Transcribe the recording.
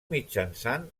mitjançant